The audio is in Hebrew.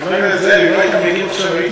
חבר הכנסת זאב, אם לא היית מגיב עכשיו הייתי